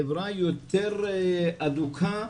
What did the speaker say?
חברה יותר הדוקה,